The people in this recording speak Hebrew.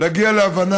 כדי להגיע להבנה